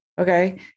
okay